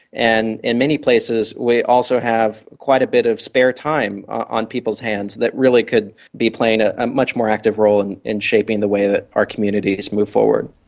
and in many places we also have quite a bit of spare time on people's hands that really could be playing ah a much more active role and in shaping the way that our communities move forward.